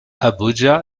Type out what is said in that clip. abuja